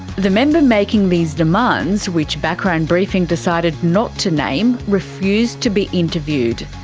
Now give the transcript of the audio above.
the member making these demands, which background briefing decided not to name, refused to be interviewed.